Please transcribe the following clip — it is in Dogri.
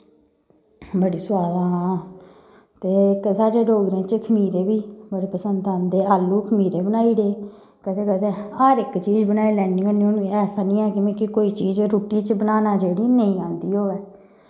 बड़ी सोआद ऐ हां ते इक साढ़े डोगरे च खमीरे बी बड़े पसंद आंदे आलू खमीरे बनाई ओड़े कदें कदें हर इक चीज बनाई लैन्नी होन्नी हून मैं ऐसा निं है मिगी कोई चीज रुट्टी च बनाना जेह्ड़ी नेईं औंदी होऐ